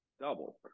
Double